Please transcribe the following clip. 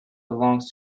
belongs